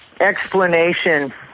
explanation